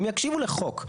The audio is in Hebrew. הם יקשיבו לחוק.